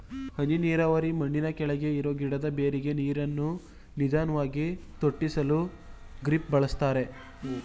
ಹನಿ ನೀರಾವರಿ ಮಣ್ಣಿನಕೆಳಗೆ ಇರೋ ಗಿಡದ ಬೇರಿಗೆ ನೀರನ್ನು ನಿಧಾನ್ವಾಗಿ ತೊಟ್ಟಿಸಲು ಡ್ರಿಪ್ ಬಳಸ್ತಾರೆ